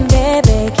baby